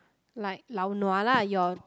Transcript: like lao-nua lah your